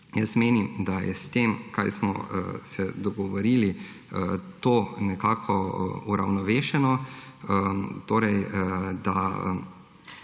jaz menim, da je s tem, kar smo se dogovorili, to nekako uravnovešeno, torej da